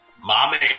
Mommy